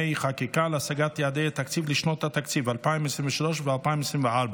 חקיקה להשגת יעדי התקציב לשנות התקציב 2023 ו-2024),